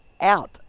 out